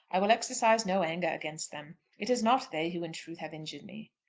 i will exercise no anger against them. it is not they who in truth have injured me.